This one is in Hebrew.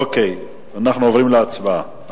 אוקיי, אנחנו עוברים להצבעה.